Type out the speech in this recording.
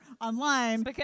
online